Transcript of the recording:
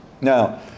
Now